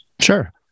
Sure